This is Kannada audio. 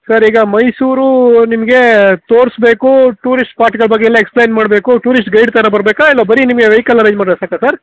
ಸರ್ ಈಗ ಮೈಸೂರು ನಿಮಗೆ ತೋರಿಸ್ಬೇಕು ಟೂರಿಸ್ಟ್ ಸ್ಪಾಟ್ಗಳ ಬಗ್ಗೆಯೆಲ್ಲ ಎಕ್ಸ್ಪ್ಲೈನ್ ಮಾಡಬೇಕು ಟೂರಿಸ್ಟ್ ಗೈಡ್ ಥರ ಬರಬೇಕಾ ಇಲ್ಲ ಬರಿ ನಿಮಗೆ ವೆಹಿಕಲ್ ಅರೆಂಜ್ ಮಾಡಿದರೆ ಸಾಕಾ ಸರ್